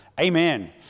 Amen